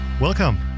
Welcome